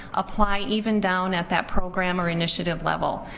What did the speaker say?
apply even down at that program or initiative level.